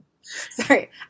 Sorry